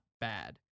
bad